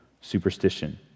superstition